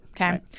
okay